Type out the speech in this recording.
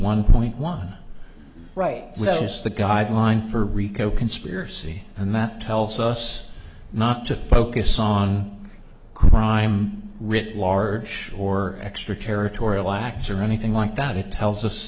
one point one right just the guideline for rico conspiracy and that tells us not to focus on crime writ large or extra territorial acts or anything like that it tells us